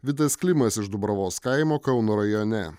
vidas klimas iš dubravos kaimo kauno rajone